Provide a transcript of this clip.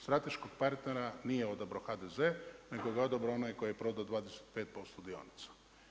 Strateškog partnera nije odabrao HDZ, nego ga je odabrao onaj koji je prodao 25% dionica.